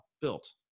built